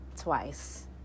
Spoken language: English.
twice